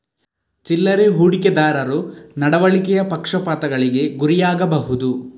ಚಿಲ್ಲರೆ ಹೂಡಿಕೆದಾರರು ನಡವಳಿಕೆಯ ಪಕ್ಷಪಾತಗಳಿಗೆ ಗುರಿಯಾಗಬಹುದು